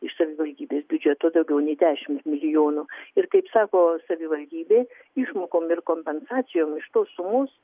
iš savivaldybės biudžeto daugiau nei dešimt milijonų ir kaip sako savivaldybė išmokom ir kompensacijų iš tos sumos